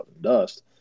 Dust